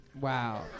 Wow